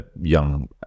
young